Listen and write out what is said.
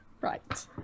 Right